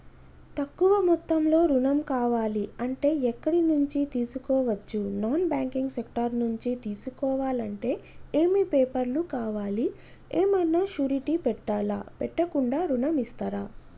తక్కువ మొత్తంలో ఋణం కావాలి అంటే ఎక్కడి నుంచి తీసుకోవచ్చు? నాన్ బ్యాంకింగ్ సెక్టార్ నుంచి తీసుకోవాలంటే ఏమి పేపర్ లు కావాలి? ఏమన్నా షూరిటీ పెట్టాలా? పెట్టకుండా ఋణం ఇస్తరా?